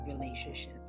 relationship